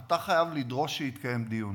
אתה חייב לדרוש שיתקיים דיון.